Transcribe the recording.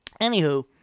Anywho